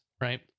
right